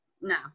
no